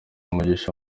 umugisha